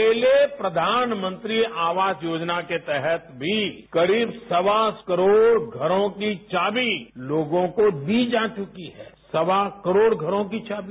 अकेले प्रधानमंत्री आवास योजना के तहत भी करीब सवा सौ करोड़ घरों की चाबी लगी दी जा चुकी है सवा सौ करोड़ घरों की चाबी